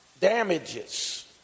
damages